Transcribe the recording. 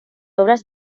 obras